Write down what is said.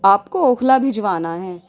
آپ کو اوکھلا بھجوانا ہے